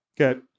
Okay